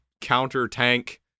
counter-tank